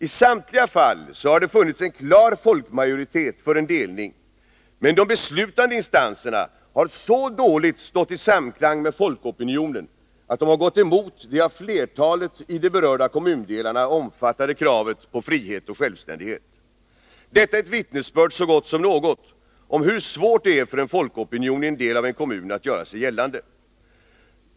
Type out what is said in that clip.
I samtliga fall har det funnits en klar folkmajoritet för en delning, men de beslutande instanserna har så dåligt stått i samklang med folkopinionen att de gått emot det av flertalet i de berörda kommundelarna omfattade kravet på frihet och självständighet. Detta är ett vittnesbörd så gott som något om hur svårt det är för en folkopinion i en del av en kommun att göra sig gällande.